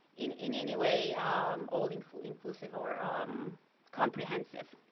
in in any way all and inclusive or um comprehensive.